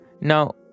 Now